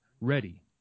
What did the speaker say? Ready